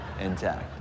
intact